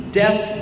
death